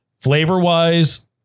flavor-wise